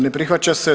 Ne prihvaća se.